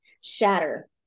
shatter